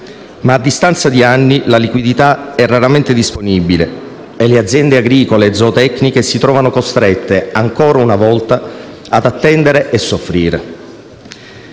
ma a distanza di anni la liquidità è raramente disponibile e le aziende agricole e zootecniche si trovano costrette, ancora una volta, ad attendere e soffrire.